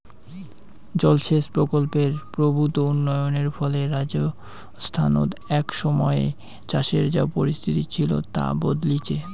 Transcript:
জলসেচ প্রকল্পের প্রভূত উন্নয়নের ফলে রাজস্থানত এক সময়ে চাষের যা পরিস্থিতি ছিল তা বদলিচে